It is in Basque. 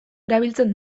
erabiltzen